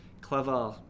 clever